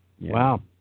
Wow